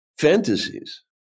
fantasies